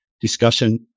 discussion